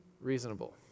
reasonable